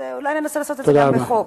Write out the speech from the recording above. אולי ננסה לעשות את זה גם בחוק,